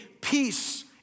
peace